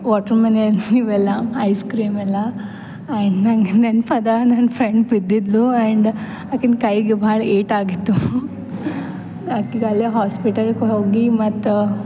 ವಾಟ್ರುಮೆನೇನ್ ಇವೆಲ್ಲ ಐಸ್ಕ್ರೀಮ್ ಎಲ್ಲ ಆ್ಯಂಡ್ ನಂಗೆ ನೆನ್ಪದ ನನ್ನ ಫ್ರೆಂಡ್ ಬಿದ್ದಿದ್ಲು ಆ್ಯಂಡ್ ಆಕಿನ ಕೈಗೆ ಭಾಳ ಏಟಾಗಿತ್ತು ಆಕಿಗೆ ಅಲ್ಲೇ ಹಾಸ್ಪಿಟಲ್ಲಿಗೆ ಹೋಗಿ ಮತ್ತ